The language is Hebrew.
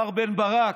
מר בן ברק,